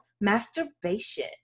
masturbation